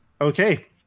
Okay